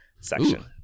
section